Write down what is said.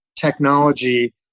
technology